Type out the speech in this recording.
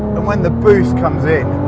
and when the boost comes in,